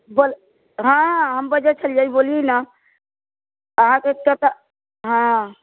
बोल हँ हम बजै छलियै बोली न अहाँके कतए हँ